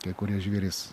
kai kurie žvėrys